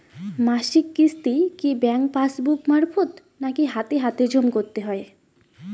মাসিক কিস্তি কি ব্যাংক পাসবুক মারফত নাকি হাতে হাতেজম করতে হয়?